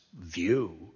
view